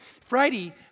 Friday